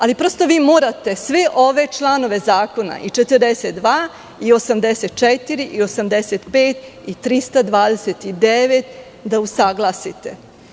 Ali, prosto, vi morate sve ove članove zakona: 42, 84, 85. i 329. da usaglasite.